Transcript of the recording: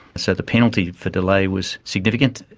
so the penalty for delay was significant.